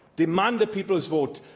demand a people's vote,